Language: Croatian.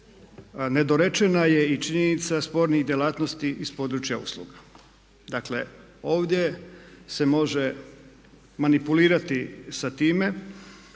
nedorečena je i činjenica spornih djelatnosti iz područja usluga. Dakle ovdje se može manipulirati sa time